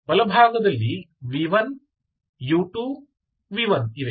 ಬಲಭಾಗದಲ್ಲಿ v1 u2 v1ಇವೆ